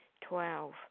Twelve